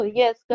yes